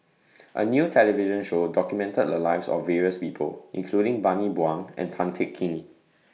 A New television Show documented The Lives of various People including Bani Buang and Tan Teng Kee